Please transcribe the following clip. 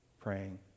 Praying